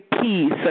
peace